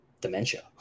dementia